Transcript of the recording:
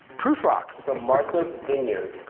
prufrock from martha's vineyard.